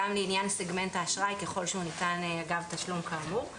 גם לעניין סגמנט האשראי ככל שהוא ניתן אגב תשלום כאמור.